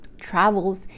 travels